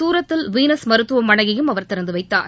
சூரத்தில் வீனஸ் மருத்துவமனையையும் அவர் திறந்துவைத்தார்